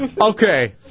Okay